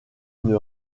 une